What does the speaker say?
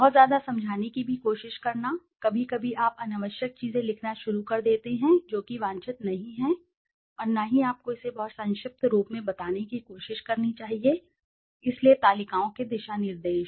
बहुत ज्यादा समझाने की भी कोशिश करना कभी कभी आप अनावश्यक चीजें लिखना शुरू कर देते हैं जो कि वांछित नहीं है और न ही आपको इसे बहुत संक्षिप्त रूप में बताने की कोशिश करनी चाहिए इसलिए तालिकाओं के दिशानिर्देश